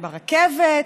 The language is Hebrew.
ברכבת,